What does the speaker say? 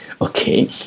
Okay